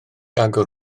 agor